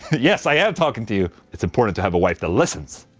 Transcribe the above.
yes, i am talking to you it's important to have a wife that listens